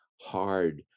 hard